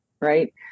right